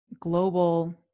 global